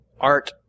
art